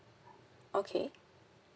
okay